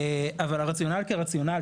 אבל הרציונל כרציונל,